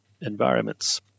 environments